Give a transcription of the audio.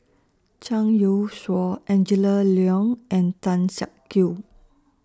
Zhang Youshuo Angela Liong and Tan Siak Kew